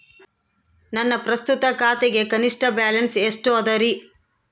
ನನ್ನ ಪ್ರಸ್ತುತ ಖಾತೆಗೆ ಕನಿಷ್ಠ ಬ್ಯಾಲೆನ್ಸ್ ಎಷ್ಟು ಅದರಿ?